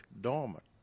dormant